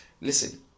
listen